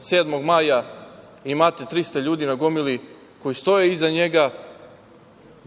7. maja imate 300 ljudi na gomili koji stoje iza njega,